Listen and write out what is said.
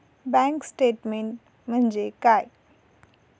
Bank statement म्हणजे काय?